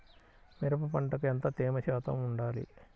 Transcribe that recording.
మిరప పంటకు ఎంత తేమ శాతం వుండాలి?